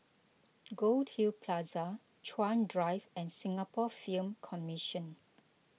Goldhill Plaza Chuan Drive and Singapore Film Commission